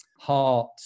Heart